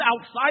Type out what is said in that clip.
outside